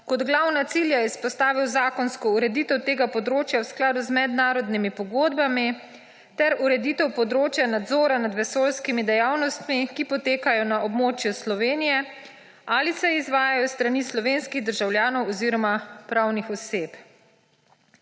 kot glavna cilja je izpostavil zakonsko ureditev tega področja v skladu z mednarodnimi pogodbami ter ureditev področja nadzora nad vesoljskimi dejavnostmi, ki potekajo na območju Slovenije ali se izvajajo s strani slovenskih državljanov oziroma pravnih oseb.